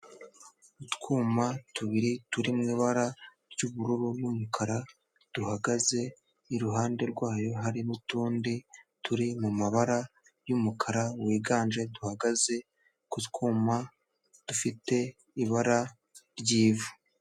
Utwuma tubiri turi mu ibara ry'ubururu n'umukara duhagaze, iruhande rwayo hari n'utundi turi mu mabara y'umukara wiganje duhagaze ku twuma dufite ibara ry'ivu.